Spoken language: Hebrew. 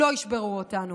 לא ישברו אותנו.